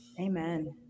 Amen